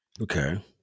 okay